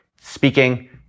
speaking